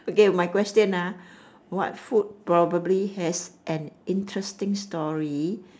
okay my question ah what food probably has an interesting story